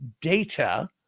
data